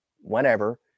whenever